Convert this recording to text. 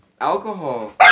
alcohol